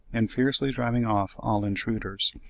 and fiercely driving off all intruders.